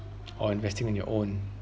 or investing on your own